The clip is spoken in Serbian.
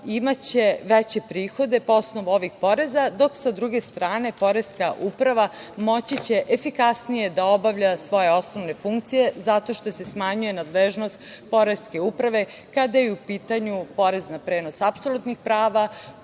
imaće veće prihode po osnovu ovih poreza dok sa druge strane poreska uprava moći će efikasnije da obavlja svoje osnovne funkcije zato što se smanjuje nadležnost poreske uprave kada je u pitanju porez na prenos apsolutnih prava